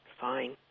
fine